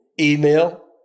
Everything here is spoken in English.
email